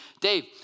Dave